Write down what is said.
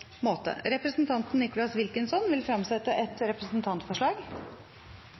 Representanten Nicholas Wilkinson vil fremsette et representantforslag.